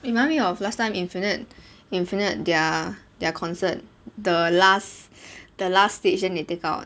you remind me of last time infinite infinite their their concert the last the last stage then they take out